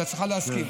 את צריכה להסכים.